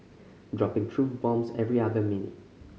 dropping truth bombs every other minute